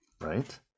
Right